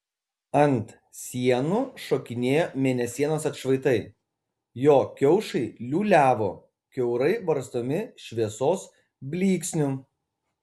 ant sienų šokinėjo mėnesienos atšvaitai jo kiaušai liūliavo kiaurai varstomi šviesos blyksnių